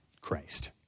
Christ